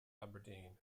aberdeen